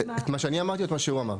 את מה שאני אמרתי או מה שהוא אמר?